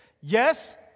Yes